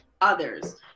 others